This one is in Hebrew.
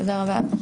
תודה רבה.